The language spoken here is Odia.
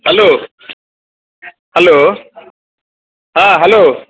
ହେଲୋ ହେଲୋ ହଁ ହେଲୋ